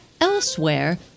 Elsewhere